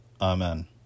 Amen